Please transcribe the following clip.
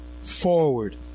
forward